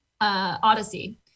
odyssey